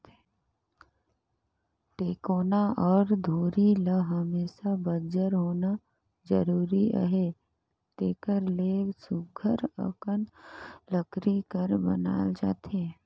टेकोना अउ धूरी ल हमेसा बंजर होना जरूरी अहे तेकर ले सुग्घर अकन लकरी कर बनाल जाथे